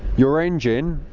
your engine,